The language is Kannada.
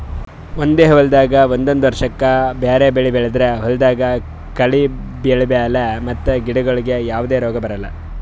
ಒಂದೇ ಹೊಲ್ದಾಗ್ ಒಂದೊಂದ್ ವರ್ಷಕ್ಕ್ ಬ್ಯಾರೆ ಬೆಳಿ ಬೆಳದ್ರ್ ಹೊಲ್ದಾಗ ಕಳಿ ಬೆಳ್ಯಾಲ್ ಮತ್ತ್ ಗಿಡಗೋಳಿಗ್ ಯಾವದೇ ರೋಗ್ ಬರಲ್